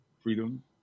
Freedom